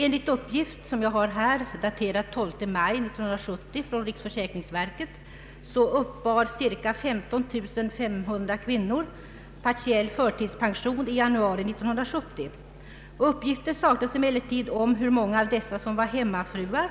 Enligt en uppgift från riksförsäkringsverket, daterad den 12 maj 1970, uppbar cirka 15500 kvinnor partiell förtidspension i januari 1970. Uppgifter saknas emellertid om hur många av dessa som var hemmafruar